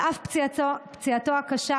על אף פציעתו הקשה,